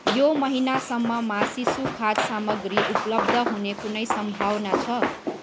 यो महिनासम्ममा शिशुखाद सामाग्री उपलब्ध हुने कुनै सम्भावना छ